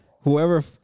Whoever